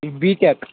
B tech